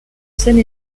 seine